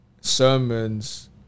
sermons